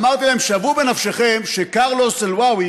אמרתי להם: שוו בנפשכם שקרלוס אל-וואווי,